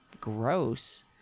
Gross